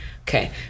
Okay